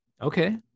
Okay